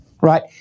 right